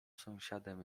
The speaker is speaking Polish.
sąsiadem